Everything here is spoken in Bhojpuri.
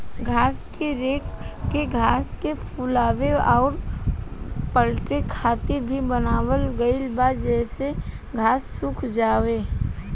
घास के रेक के घास के फुलावे अउर पलटे खातिर भी बनावल गईल बा जेसे घास सुख जाओ